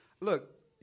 look